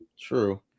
True